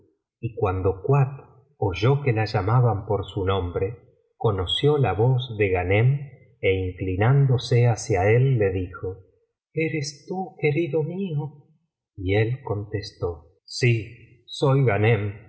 y cuando kuat oyó que la llamaban por su nombre conoció la voz de ghanein é inclinándose hacia él le dijo eres tú querido mío y él contestó sí soy ghanem